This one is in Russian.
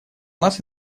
нас